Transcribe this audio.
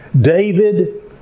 David